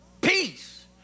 peace